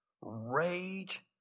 rage